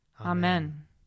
Amen